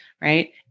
Right